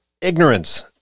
Ignorance